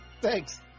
thanks